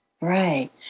right